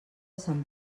sant